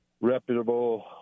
reputable